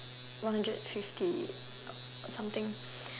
one hundred fifty or something